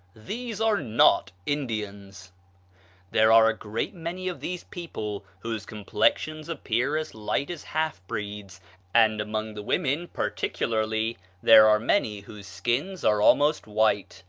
these are not indians there are a great many of these people whose complexions appear as light as half-breeds and among the women particularly there are many whose skins are almost white,